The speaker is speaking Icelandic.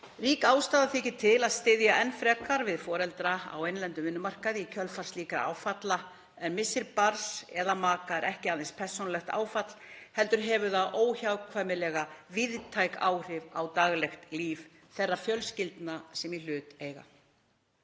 Rík ástæða þykir til að styðja enn frekar við foreldra á innlendum vinnumarkaði í kjölfar slíkra áfalla en missir barns eða maka er ekki aðeins persónulegt áfall heldur hefur það óhjákvæmilega víðtæk áhrif á daglegt líf þeirra fjölskyldna sem í hlut eiga.